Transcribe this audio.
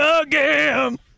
again